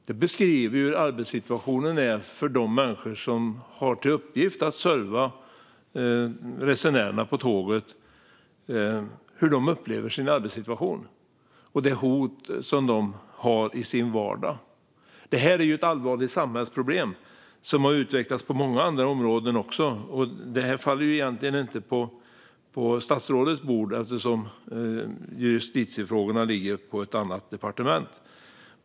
Detta beskriver hur de människor som har till uppgift att serva resenärerna på tågen upplever sin arbetssituation och de hot de har i sin vardag. Detta är ett allvarligt samhällsproblem som också har utvecklats på många andra områden. Detta ligger egentligen inte på statsrådets bord eftersom justitiefrågorna ligger på ett annat departement.